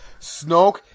Snoke